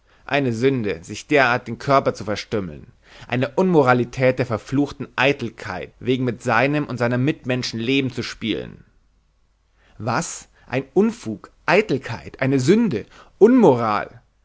eine sünde sich derart den körper zu verstümmeln eine unmoralität der verfluchten eitelkeit wegen mit seinem und seiner mitmenschen leben zu spielen was einen unfug eitelkeit eine sünde unmoral